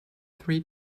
three